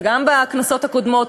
וגם בכנסות הקודמות,